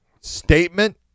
statement